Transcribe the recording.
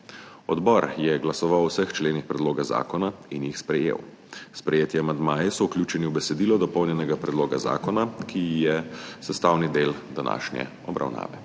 Odbor je glasoval o vseh členih predloga zakona in jih sprejel. Sprejeti amandmaji so vključeni v besedilo dopolnjenega predloga zakona, ki je sestavni del današnje obravnave.